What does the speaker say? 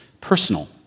personal